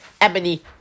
Ebony